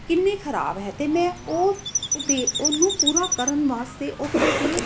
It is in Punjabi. ਕਿੰਨੀ ਖ਼ਰਾਬ ਹੈ ਅਤੇ ਮੈਂ ਉਹ ਉਹਦੇ ਉਹਨੂੰ ਪੂਰਾ ਕਰਨ ਵਾਸਤੇ ਉੱਥੇ ਦੀ